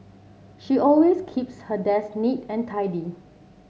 she always keeps her desk neat and tidy